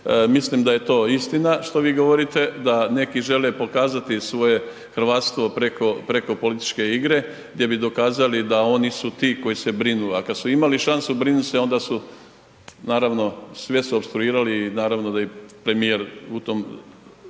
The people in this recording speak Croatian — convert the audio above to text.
Mislim da je to istina, što vi govorite, da neki žele pokazati svoje hrvatstvo preko političke igre gdje bi dokazali da oni su ti koji se brinu, a kad su imali šansu brinuti se, onda su, naravno, sve su opstruirali, naravno da i premijer u tom